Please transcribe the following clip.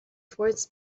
towards